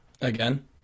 again